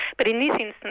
but in this instance,